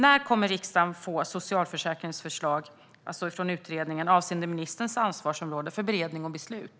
När kommer riksdagen att få utredningens förslag avseende ministerns ansvarsområde för beredning och beslut?